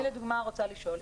אני לדוגמה רוצה לשאול.